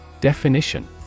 Definition